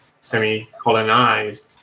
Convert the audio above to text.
semi-colonized